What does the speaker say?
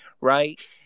Right